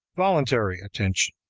voluntary attention.